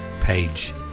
page